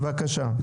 בבקשה.